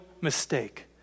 mistake